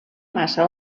massa